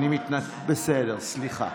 בסדר, סליחה.